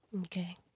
Okay